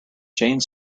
jane